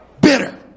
Bitter